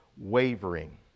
wavering